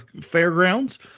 fairgrounds